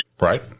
Right